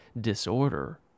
disorder